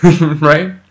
right